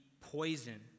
poison